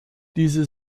diese